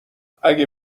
اگه